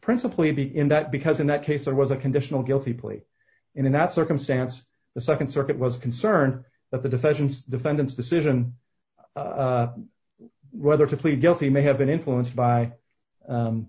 principally be in that because in that case there was a conditional guilty plea in that circumstance the nd circuit was concerned that the defendants defendants decision whether to plead guilty may have been influenced by